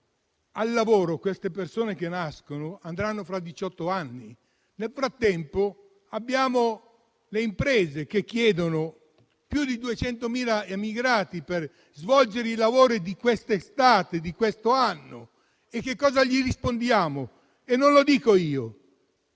al lavoro queste persone che nascono ci andranno fra diciott'anni. Nel frattempo, abbiamo imprese che richiedono più di 200.000 immigrati per svolgere lavori quest'estate e quest'anno. E noi cosa gli rispondiamo? Questo non lo dico io.